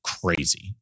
crazy